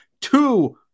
Two